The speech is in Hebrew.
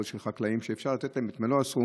של חקלאים שאפשר לתת להם את מלוא הסכום,